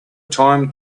time